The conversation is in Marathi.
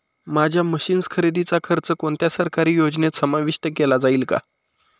माझ्या मशीन्स खरेदीचा खर्च कोणत्या सरकारी योजनेत समाविष्ट केला जाईल का?